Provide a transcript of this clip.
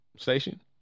station